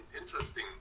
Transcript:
interesting